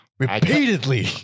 repeatedly